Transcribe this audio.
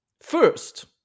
first